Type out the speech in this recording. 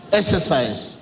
exercise